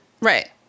right